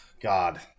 god